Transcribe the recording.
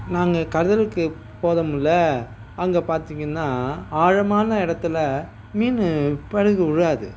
நாங்கள் கடலுக்கு போறோம்ல அங்கே பார்த்தீங்கன்னா ஆழமான இடத்துல மீன் படகு விழாது